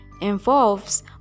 involves